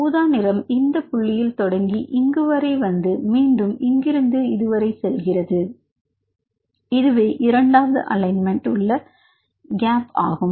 ஊதா நிறம் இந்த புள்ளியில் தொடங்கி இங்கு வரை வந்து மீண்டும் இங்கிருந்து இங்கு வரை செல்கிறது இதுவே இரண்டாவது அலைன்மெண்ட் உள்ள கேப் ஆகும்